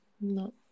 no